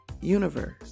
universe